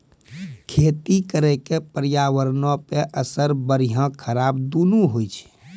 खेती करे के पर्यावरणो पे असर बढ़िया खराब दुनू होय छै